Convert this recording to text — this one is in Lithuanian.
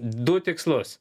du tikslus